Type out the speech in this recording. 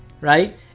right